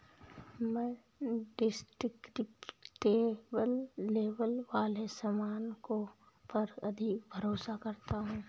मैं descriptive label वाले सामान पर अधिक भरोसा करता हूं